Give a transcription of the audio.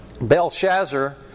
Belshazzar